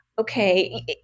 okay